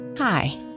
Hi